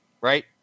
Right